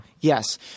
Yes